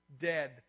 dead